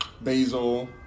basil